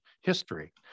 history